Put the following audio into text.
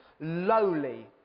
lowly